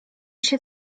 się